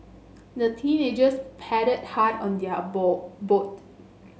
the teenagers paddled hard on their ball boat